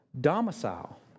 domicile